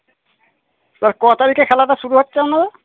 তা ক তারিখে খেলাটা শুরু হচ্ছে আপনাদের